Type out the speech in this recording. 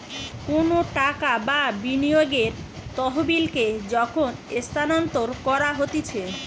কোনো টাকা বা বিনিয়োগের তহবিলকে যখন স্থানান্তর করা হতিছে